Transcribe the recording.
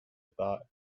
thought